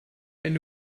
wenn